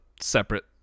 separate